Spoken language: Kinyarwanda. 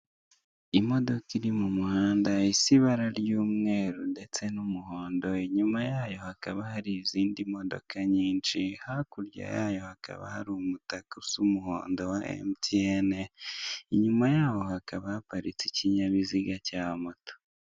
Imodoka iri mumuhanda isa ibara ry'umweru ndetse n'umuhondo inyuma yayo hakaba hari izindi modoka nyinshi hakurya yayo hakaba hari umutaka usa umuhondo wa MTN inyuma yawo hakaba haparitse ikinyabiziga cya moto.